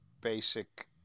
basic